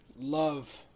love